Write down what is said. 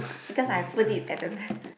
because I put it at the back